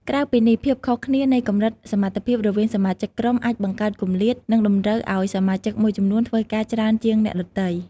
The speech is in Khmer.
ក្រៅពីនេះ ភាពខុសគ្នានៃកម្រិតសមត្ថភាពរវាងសមាជិកក្រុមអាចបង្កើតគម្លាត និងតម្រូវឱ្យសមាជិកមួយចំនួនធ្វើការច្រើនជាងអ្នកដទៃ។